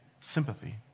sympathy